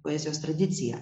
poezijos tradiciją